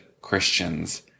Christians